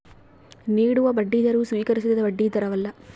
ನೀಡುವ ಬಡ್ಡಿದರವು ಸ್ವೀಕರಿಸಿದ ಬಡ್ಡಿದರವಲ್ಲ